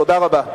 תודה רבה.